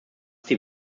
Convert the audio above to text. die